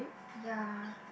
ya